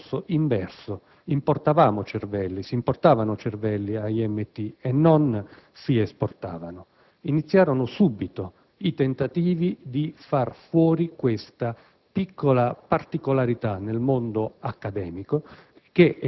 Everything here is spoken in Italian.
percorso inverso: all'IMT si importavano cervelli e non si esportavano. Iniziarono subito i tentativi di far fuori questa piccola particolarità nel mondo accademico